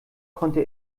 konnte